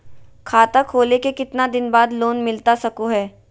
खाता खोले के कितना दिन बाद लोन मिलता सको है?